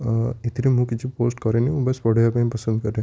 ଆ ଏଥିରେ ମୁଁ କିଛି ପୋଷ୍ଟ କରେନି ମୁଁ ବାସ୍ ପଢ଼ିବାପାଇଁ ପସନ୍ଦ କରେ